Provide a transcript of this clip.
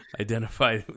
identify